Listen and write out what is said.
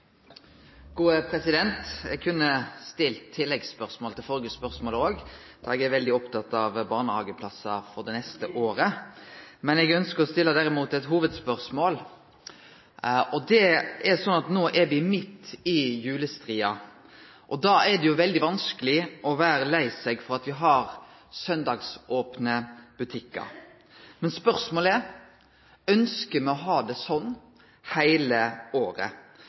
kunne stilt oppfølgingsspørsmål til førre spørsmål òg, da eg er veldig opptatt av barnehageplassar for det neste året, men eg ønsker derimot å stille eit hovudspørsmål. No er me midt i julestria, og da er det veldig vanskeleg å vere lei seg for at me har søndagsopne butikkar. Men spørsmålet er: Ønsker me å ha det sånn heile året?